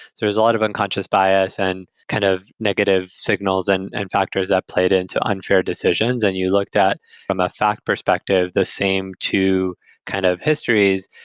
there's a lot of unconscious bias and kind of negative signals and and factors that played into unfair decisions. and you looked at from a fact perspective the same two kind of histories,